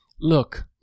Look